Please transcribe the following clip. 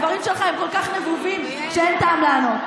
הדברים שלך הם כל כך נבובים שאין טעם לענות.